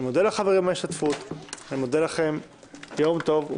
אני מודה לחברים על ההשתתפות יום טוב.